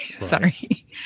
Sorry